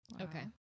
Okay